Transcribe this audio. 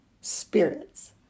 spirits